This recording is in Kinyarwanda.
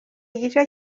igice